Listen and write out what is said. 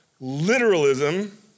literalism